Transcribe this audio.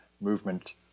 movement